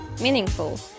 meaningful